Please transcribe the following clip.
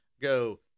go